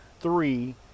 three